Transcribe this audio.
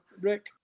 Rick